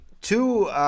two –